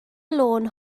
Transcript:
lôn